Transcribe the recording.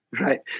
right